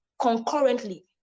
concurrently